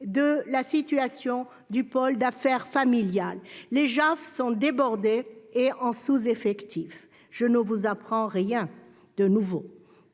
de la situation du pôle des affaires familiales. Les JAF sont débordés et en sous-effectif, mais je ne vous apprends ici rien de nouveau ...